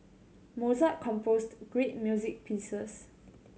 Mozart composed great music pieces